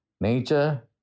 nature